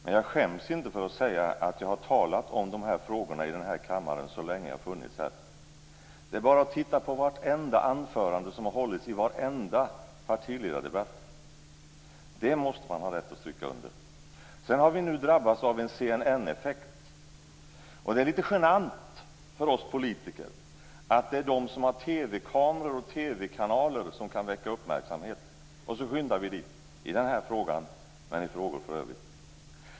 Däremot skäms jag inte för att säga att jag talat om de här frågorna i denna kammare så länge jag har suttit i riksdagen. Det är bara att titta på vartenda anförande i varenda partiledardebatt. Det måste jag ha rätt att stryka under. Nu har vi drabbats av den s.k. CNN-effekten. Det är litet genant för oss politiker att det är de som har TV-kameror och TV-kanaler som kan väcka uppmärksamhet. Då skyndar vi dit i den här frågan och för övrigt också i andra frågor.